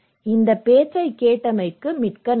இந்த பேச்சைக் கேட்டமைக்கு மிக்க நன்றி